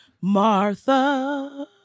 martha